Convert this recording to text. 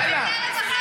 הנשים כמעט,